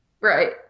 Right